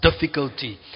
difficulty